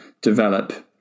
develop